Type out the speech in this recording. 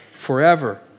forever